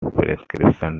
prescription